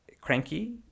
cranky